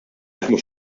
jaħdmu